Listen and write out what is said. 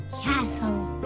castle